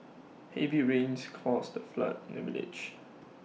heavy rains caused A flood in the village